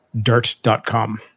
dirt.com